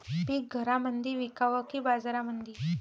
पीक घरामंदी विकावं की बाजारामंदी?